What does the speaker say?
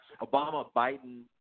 Obama-Biden